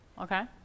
Okay